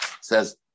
says